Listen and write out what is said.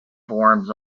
forms